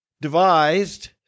devised